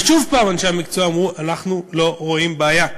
ושוב אנשי המקצוע אמרו: אנחנו לא רואים בעיה.